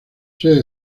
sede